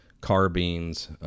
carbines